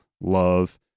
love